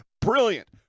Brilliant